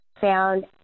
Found